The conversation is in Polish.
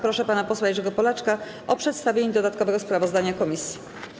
Proszę pana posła Jerzego Polaczka o przedstawienie dodatkowego sprawozdania komisji.